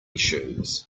shoes